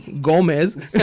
Gomez